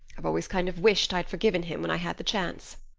i've always kind of wished i'd forgiven him when i had the chance.